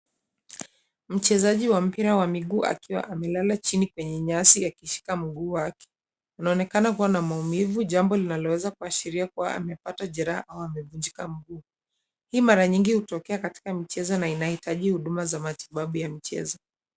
Mchezaji wa mpira wa miguu akiwa amelala chini kwenye nyasi akishika mguu wake. Unaonekana kuwa na maumivu jambo linaloweza kuashiria kuwa amepata jeraha au amevunjika mguu. Hii mara nyingi hutokea katika michezo na inahitaji huduma za matibabu ya michezo.